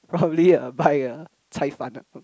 probably uh buy a cai fan